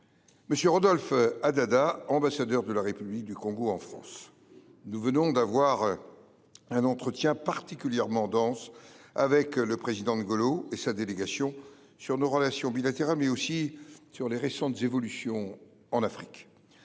M. Rodolphe Adada, ambassadeur de la République du Congo en France. Je viens d’avoir un entretien particulièrement dense avec le président Ngolo et les membres de sa délégation sur nos relations bilatérales, mais aussi sur les récentes évolutions en Afrique.